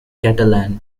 catalan